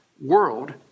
world